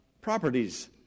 properties